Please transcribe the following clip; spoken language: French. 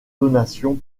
donations